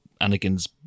Anakin's